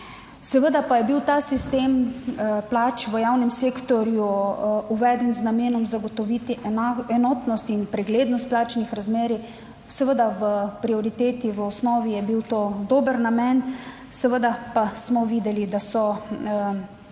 Seveda pa je bil ta sistem plač v javnem sektorju, uveden z namenom zagotoviti enotnost in preglednost plačnih razmerij. Seveda v prioriteti, v osnovi je bil to dober namen. Seveda pa smo videli, da so se